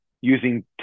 using